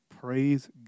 praise